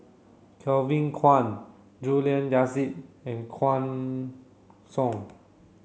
Kevin Kwan Juliana Yasin and Guan Song